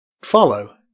follow